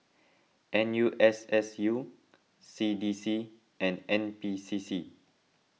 N U S S U C D C and N P C C